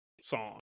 song